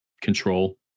control